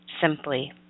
simply